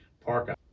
parka